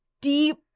deep